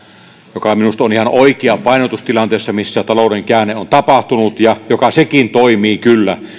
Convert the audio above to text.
joka minusta on ihan oikea painotus tilanteessa missä talouden käänne on tapahtunut mikä sekin toimii kyllä